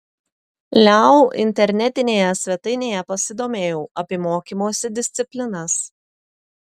leu internetinėje svetainėje pasidomėjau apie mokymosi disciplinas